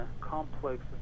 complex